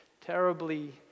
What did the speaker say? terribly